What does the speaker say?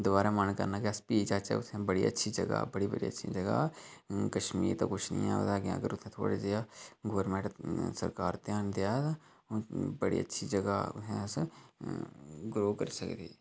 दोबारा मन करना कि अस फ्ही जाह्चै उत्थै बड़ी अच्छी जगह् बड़ी बड़ी अच्छी जगह् ऐ कशमीर ते किश निं ओह्दे अग्गें अगर उत्थै थोह्ड़ी जेही गवर्नमेंट सरकार घ्यान देऐ बड़ी अच्छी जगह् ऐ उत्थै अस ग्रो करी सकने